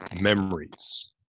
memories